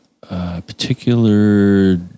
particular